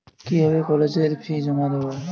কিভাবে কলেজের ফি জমা দেবো?